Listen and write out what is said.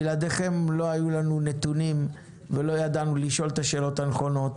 בלעדיכם לא היו לנו נתונים ולא ידענו לשאול את השאלות הנכונות.